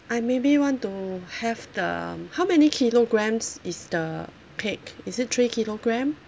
I maybe want to have the how many kilograms is the cake is it three kilogram